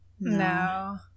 No